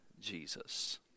Jesus